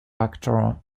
actor